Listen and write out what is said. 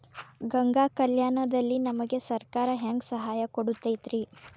ಗಂಗಾ ಕಲ್ಯಾಣ ದಲ್ಲಿ ನಮಗೆ ಸರಕಾರ ಹೆಂಗ್ ಸಹಾಯ ಕೊಡುತೈತ್ರಿ?